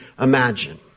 imagine